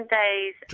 days